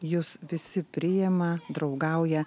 jus visi priima draugauja